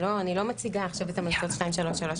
אני לא מציגה עכשיו את המלצות 2331,